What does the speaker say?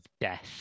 death